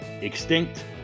Extinct